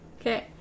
Okay